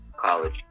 college